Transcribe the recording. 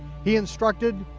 he instructed,